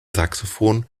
saxophon